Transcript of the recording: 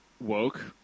woke